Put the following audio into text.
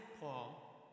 Paul